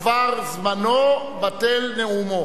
עבר זמנו, בטל נאומו.